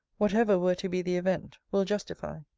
whatever were to be the event, will justify.